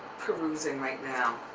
perusing right now.